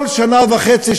כל שנה וחצי,